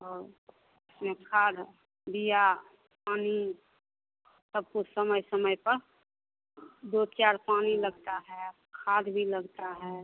खाद बिया पानी सब कुछ समय समय पर दो चार पानी लगता है खाद भी लगता है